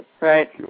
right